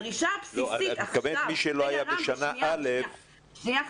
בתכנית, לא זכאי בשנה ב' בכלל.